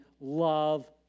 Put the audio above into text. love